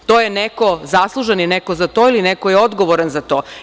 To je neko zaslužan za to ili neko je odgovoran za to.